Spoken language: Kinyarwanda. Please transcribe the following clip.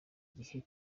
gihe